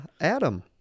adam